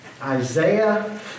Isaiah